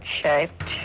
shaped